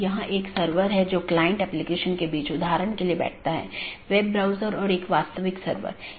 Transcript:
इन मार्गों को अन्य AS में BGP साथियों के लिए विज्ञापित किया गया है